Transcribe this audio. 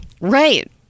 Right